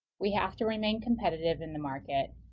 we have to remain competitive in the market.